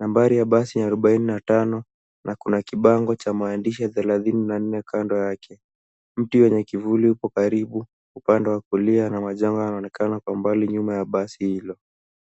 Nambari ya basi ni arubaini na tano, na kuna kibango cha maandishi ya thelathini na nne kando yake. Mti wenye kivuli upo karibu, upande wa kulia na majanga yanaonekana kwa mbali nyuma ya basi hilo.